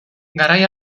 garai